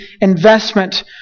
investment